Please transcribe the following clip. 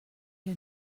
der